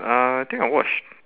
uh I think I watched